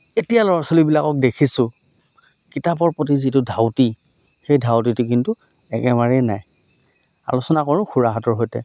এতিয়া ল'ৰা ছোৱালীবিলাকক দেখিছোঁ কিতাপৰ প্ৰতি যিটো ধাউতি সেই ধাউতিটো কিন্তু একেবাৰে নাই আলোচনা কৰোঁ খুৰাহঁতৰ সৈতে